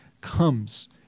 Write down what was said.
comes